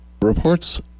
Reports